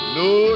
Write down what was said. no